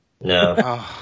No